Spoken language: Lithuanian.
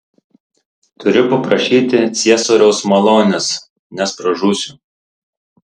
turiu paprašyti ciesoriaus malonės nes pražūsiu